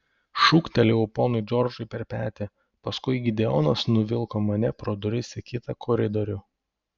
šūktelėjau ponui džordžui per petį paskui gideonas nuvilko mane pro duris į kitą koridorių